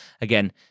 again